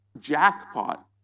jackpot